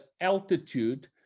altitude